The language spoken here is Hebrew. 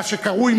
מה שקרוי,